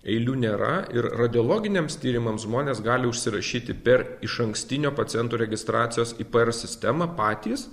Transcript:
eilių nėra ir radiologiniams tyrimams žmonės gali užsirašyti per išankstinę pacientų registracijos ipr sistemą patys